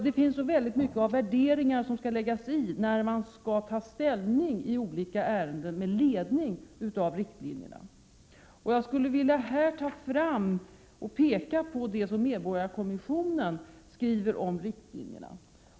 Det finns så oerhört mycket av värderingar som skall anläggas när man tar ställning i olika ärenden med ledning av riktlinjerna. Jag skulle här vilja ta fram och peka på det som medborgarkommissionen skriver om riktlinjerna.